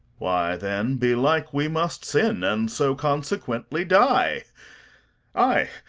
why, then, belike we must sin, and so consequently die ay,